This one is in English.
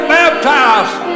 baptized